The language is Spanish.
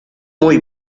muy